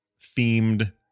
themed